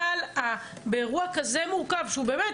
אבל באירוע כזה מורכב שהוא באמת